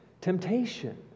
temptation